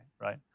right